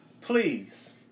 please